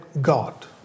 God